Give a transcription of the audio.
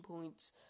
points